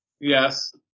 Yes